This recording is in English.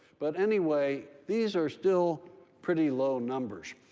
but anyway, these are still pretty low numbers.